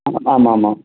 ஆமாம் ஆமாம் ஆமாம்